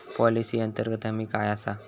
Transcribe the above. Policy अंतर्गत हमी काय आसा?